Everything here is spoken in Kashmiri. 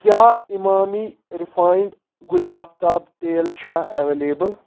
کیٛاہ اِمامی رِفاینڈ گُلہِ اختاب تیل چھا اویلیبل